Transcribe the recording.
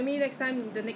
他不懂跟我讲什么